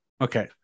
Okay